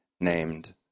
named